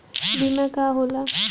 बीमा का होला?